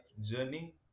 journey